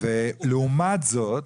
לעומת זאת,